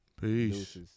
Peace